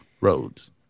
roads